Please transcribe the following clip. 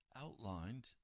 outlined